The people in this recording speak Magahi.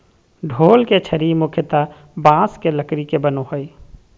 ढोल के छड़ी मुख्यतः बाँस के लकड़ी के बनो हइ